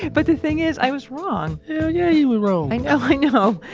but, the thing is, i was wrong hell yeah, you were wrong i know. i know.